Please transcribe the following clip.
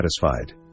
satisfied